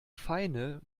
feine